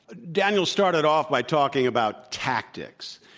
daniel started off by talking about tactics.